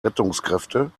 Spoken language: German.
rettungskräfte